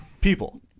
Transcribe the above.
People